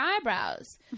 eyebrows